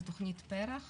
זו תכנית פר"ח